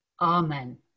Amen